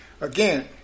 again